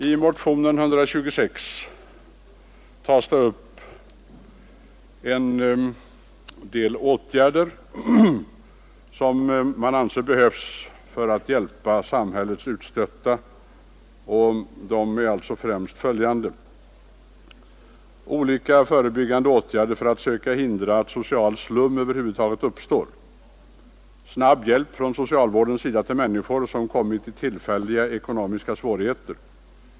I motionen 126 tas en del åtgärder upp som man anser behövs för att hjälpa samhällets utstötta. Åtgärderna är främst följande: 1. Olika förebyggande åtgärder för att söka hindra att en social slum över huvud taget uppstår. 2. Snabb hjälp från socialvårdens sida till människor som kommit i tillfälliga ekonomiska svårigheter.